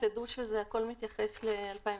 תדעו שהכל מתייחס ל-2019.